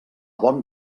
bon